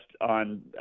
on